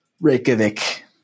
Reykjavik